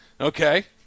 Okay